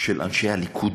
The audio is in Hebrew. אנשי הליכוד,